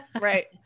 Right